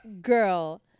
girl